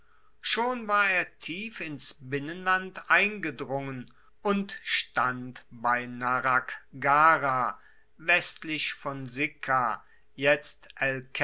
schon war er tief ins binnenland eingedrungen und stand bei naraggara westlich von